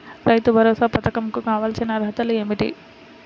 రైతు భరోసా పధకం కు కావాల్సిన అర్హతలు ఏమిటి?